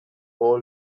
paul